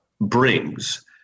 brings